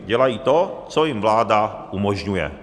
Dělají to, co jim vláda umožňuje.